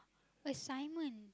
assignment